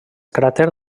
cràter